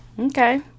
Okay